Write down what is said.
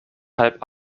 halb